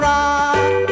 Rock